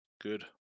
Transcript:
good